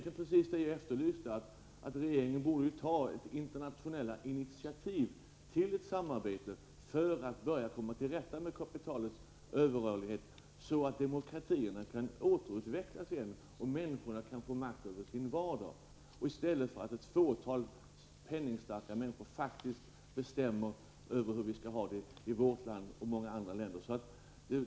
Det var precis det jag efterlyste: Regeringen borde ta internationella initiativ till samarbete för att man skall komma till rätta med kapitalets överrörlighet så att demokratierna kan återupprättas och människorna åter få makt över sin vardag -- i stället för att ett fåtal penningstarka människor faktiskt bestämmer över hur vi skall ha det i vårt land och i många andra länder.